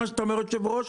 מה שאתה אומר אדוני יו"ר,